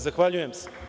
Zahvaljujem.